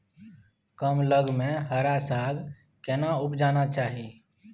कम लग में हरा साग केना उपजाना चाही?